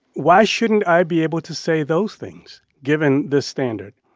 why shouldn't i be able to say those things, given this standard?